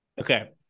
Okay